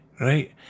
right